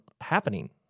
happening